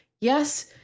Yes